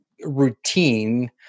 routine